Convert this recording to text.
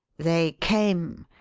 they came,